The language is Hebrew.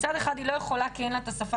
מצד אחד היא לא יכולה כי אין לה את השפה